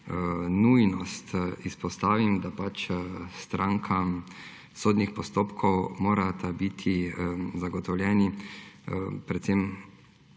nujnost izpostavim, da pač strankam sodnih postopkov morata biti zagotovljeni ustavni